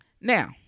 Now